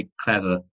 clever